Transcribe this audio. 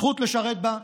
זכות לשרת בה,